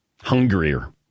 hungrier